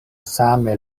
same